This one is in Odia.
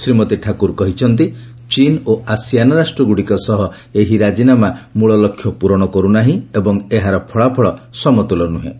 ଶ୍ରୀମତୀ ଠାକୁର କହିଛନ୍ତି ଚୀନ୍ ଓ ଆସିଆନ୍ ରାଷ୍ଟ୍ରଗୁଡ଼ିକ ସହ ଏହି ରାଜିନାମା ମୂଳ ଲକ୍ଷ୍ୟ ପୂରଣ କରୁନାହିଁ ଏବଂ ଏହାର ଫଳାଫଳ ସମତୁଲ ନୁହେଁ